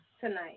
tonight